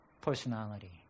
personality